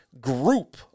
group